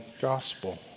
gospel